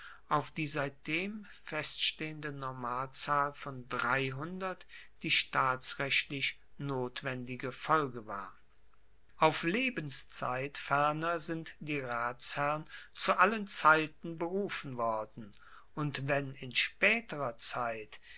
auf die seitdem feststehende normalzahl von dreihundert die staatsrechtlich notwendige folge war auf lebenszeit ferner sind die ratsherren zu allen zeiten berufen worden und wenn in spaeterer zeit